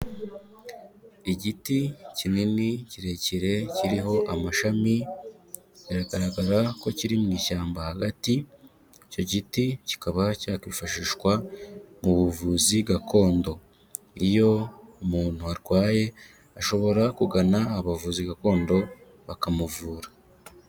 Igiti kinini, kirekire, kiriho amashami, biragaragara ko kiri mu ishyamba hagati, icyo giti kikaba cyakwifashishwa mu buvuzi gakondo. Iyo umuntu arwaye ,ashobora kugana abavuzi gakondo bakamuvura.